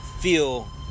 feel